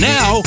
Now